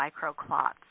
microclots